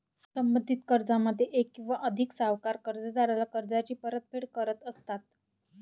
संबंधित कर्जामध्ये एक किंवा अधिक सावकार कर्जदाराला कर्जाची परतफेड करत असतात